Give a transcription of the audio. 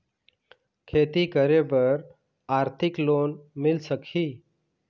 खेती करे बर आरथिक लोन मिल सकही?